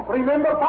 Remember